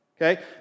okay